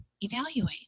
evaluate